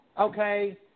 okay